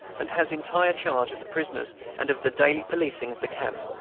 and has entire charge of the prisoners and of the daily policing of the camp.